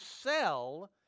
sell